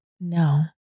no